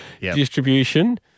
distribution